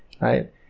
right